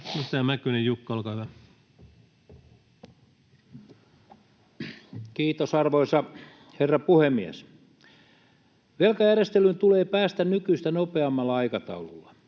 Kiitos, arvoisa herra puhemies! Velkajärjestelyyn tulee päästä nykyistä nopeammalla aikataululla.